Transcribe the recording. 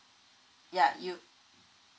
yeah you